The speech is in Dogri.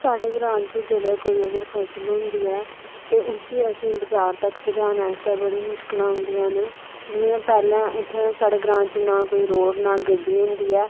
साढ़े ग्रां च जेल्लै कोई अगर फसल होंदी ऐ उसी अस बजार तक पजाने आं ते बडियां मुश्कला औदियां ना जि'यां पैहले साढ़े ग्रां च नेई कोई रोड़ ना कोई गड्डी औंदी ऐ